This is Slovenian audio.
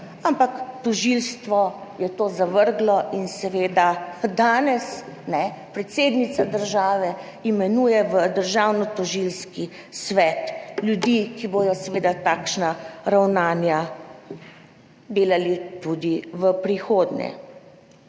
Ampak tožilstvo je to zavrglo in seveda danes predsednica države imenuje v Državnotožilski svet ljudi, ki bodo seveda takšna ravnanja delali tudi v prihodnje.